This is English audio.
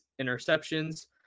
interceptions